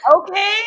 Okay